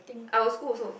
our school also